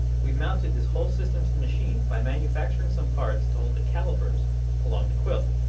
we've mounted this whole system to the machine by manufacturing some parts to hold the calipers along the quill.